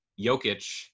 Jokic